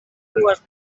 dues